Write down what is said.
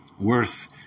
worth